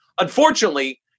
Unfortunately